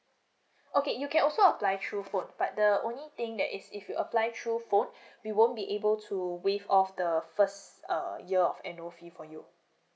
okay you can also apply through phone but the only thing that is if you apply through phone we won't be able to waive off the first uh year of annual fee for you